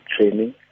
training